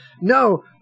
No